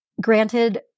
Granted